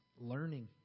learning